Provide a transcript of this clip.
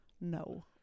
No